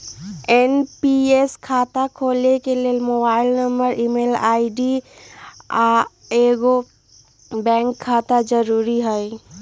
NPS खता खोले के लेल मोबाइल नंबर, ईमेल आई.डी, आऽ एगो बैंक खता जरुरी हइ